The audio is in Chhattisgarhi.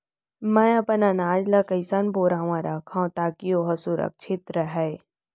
मैं अपन अनाज ला कइसन बोरा म रखव ताकी ओहा सुरक्षित राहय?